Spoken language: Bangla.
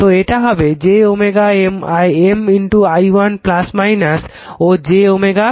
তো এটা হবে j M i 2 ও j l